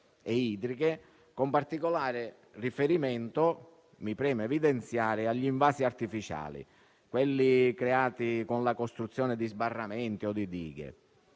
idriche, con particolare riferimento - mi preme evidenziarlo - agli invasi artificiali, creati con la costruzione di sbarramenti o di dighe.